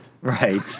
Right